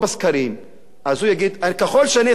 אז הוא יגיד: ככל שאני אתעלל יותר באזרחים,